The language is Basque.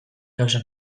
kausa